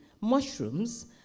mushrooms